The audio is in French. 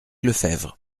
lefebvre